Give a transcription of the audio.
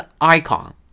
icon